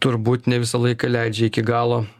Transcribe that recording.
turbūt ne visą laiką leidžia iki galo